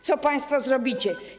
Co państwo zrobicie?